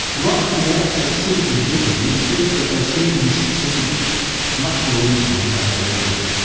right from the outset seemed to be different in the sense that they seemed to be succeeding much more easily than they had earlier.